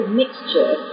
mixture